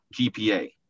GPA